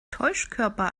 täuschkörper